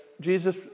Jesus